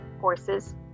courses